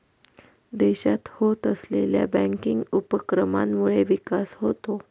देशात होत असलेल्या बँकिंग उपक्रमांमुळे विकास होतो